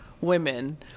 women